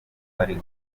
bari